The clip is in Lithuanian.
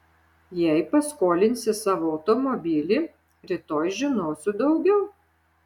jei paskolinsi savo automobilį rytoj žinosiu daugiau